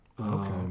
Okay